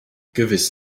gewiss